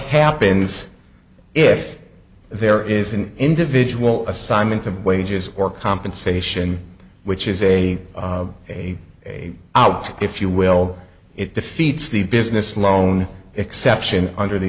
happens if there is an individual assignment of wages or compensation which is a a a out if you will it defeats the business loan exception under the